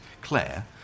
Claire